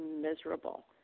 miserable